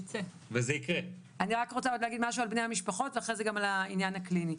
אני רק רוצה להגיד משהו על בני המשפחות ואחרי זה גם על העניין הקליני,